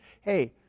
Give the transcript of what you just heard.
Hey